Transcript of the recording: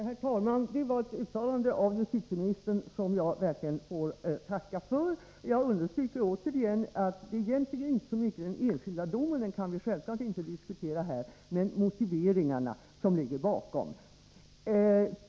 Herr talman! Det var ett uttalande av justitieministern som jag verkligen får tacka för. Jag understryker återigen att det inte hjälper så mycket i fråga om den enskilda domen — den kan vi självfallet inte diskutera här, men däremot de motiveringar som ligger bakom.